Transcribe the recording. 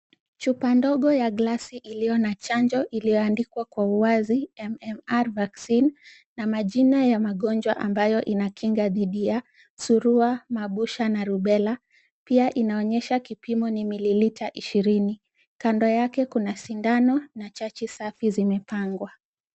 Chupa ndogo ya glasi iliyo chanjo iliyoandikwa mmr vaccine na majina ya magonjwa ambayo inatibu surua, voksha na rubella . Pia inaonyesha kipimo ni mililita ishirini. Kando yake kuna sindano na Chachi safi zimepangwa.